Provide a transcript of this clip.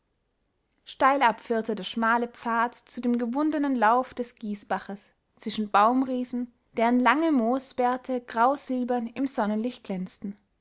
steilab führte der schmale pfad zu dem gewundenen lauf des gießbaches zwischen baumriesen deren lange moosbärte grausilbern im sonnenlicht glänzten